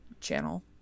channel